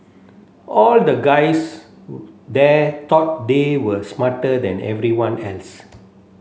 all the guys there thought they were smarter than everyone else